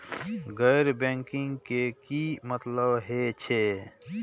गैर बैंकिंग के की मतलब हे छे?